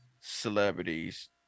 celebrities